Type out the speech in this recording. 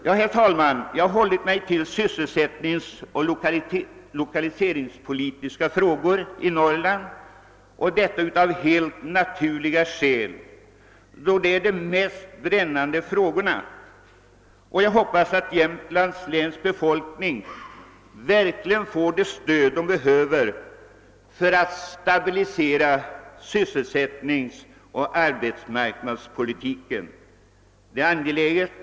Av helt naturliga skäl har jag hållit mig till sysselsättningsoch lokaliseringspolitiska frågor i Norrland, då dessa frågor för närvarande är de mest brännande. Jag hoppas att Jämtlands läns befolkning verkligen får det stöd man behöver för att sysselsättningsoch arbetsmarknadspolitiken skall kunna stabiliseras.